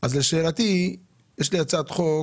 אז לשאלתי, יש לי הצעת חוק